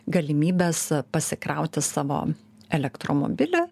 galimybes pasikrauti savo elektromobilį